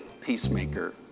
peacemaker